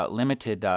limited